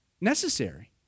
necessary